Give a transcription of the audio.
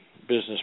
business